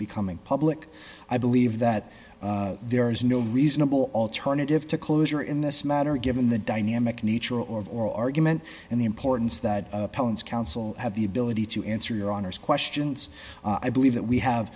becoming public i believe that there is no reasonable alternative to closure in this matter given the dynamic nature or oral argument and the importance that appellant's counsel have the ability to answer your honor's questions i believe that we have